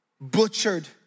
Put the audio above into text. butchered